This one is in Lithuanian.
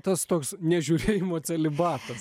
tas toks nežiūrėjimo celibatas